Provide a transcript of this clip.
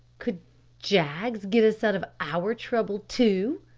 could jaggs get us out of our trouble too?